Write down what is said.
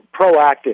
proactive